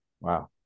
wow